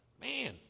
Man